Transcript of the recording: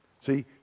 See